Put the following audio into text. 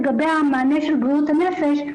לגבי המענה של בריאות הנפש,